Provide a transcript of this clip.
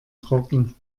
trocken